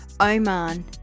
Oman